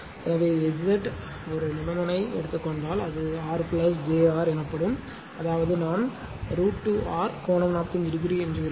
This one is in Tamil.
எனவே Z ஒரு நிபந்தனை எடுத்துக் கொண்டால் அது R jR எனப்படும் அதாவது இது நாம் √ 2 R கோணம் 45 டிகிரி என்று இருக்கும்